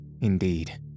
Indeed